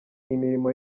imirimo